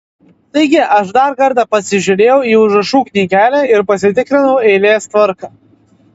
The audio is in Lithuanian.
taigi aš dar kartą pasižiūrėjau į užrašų knygelę ir pasitikrinau eilės tvarką